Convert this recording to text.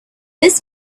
this